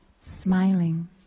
smiling